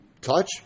touch